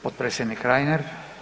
Potpredsjednik Reiner.